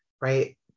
right